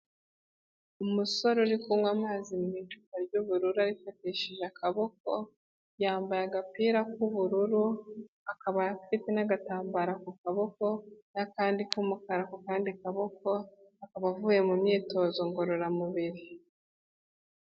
Umusore uri kunywa amazi mu icupa ry'ubururu arifatishije akaboko, yambaye agapira k'ubururu, akaba afite n'agatambaro ku kaboko n'akandi k'umukara ku kandi kaboko, akaba avuye mu myitozo ngororamubiri.